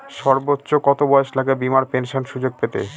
সর্বোচ্চ কত বয়স লাগে বীমার পেনশন সুযোগ পেতে?